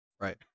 Right